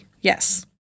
yes